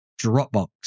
Dropbox